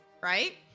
right